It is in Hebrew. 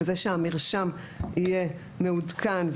וזה שהמרשם יהיה מעודכן,